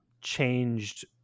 changed